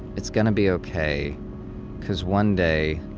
it's going to be okay because one day,